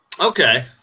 Okay